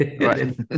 Right